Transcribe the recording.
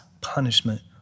punishment